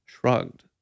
shrugged